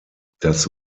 das